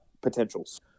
potentials